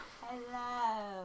hello